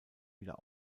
wieder